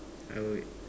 I would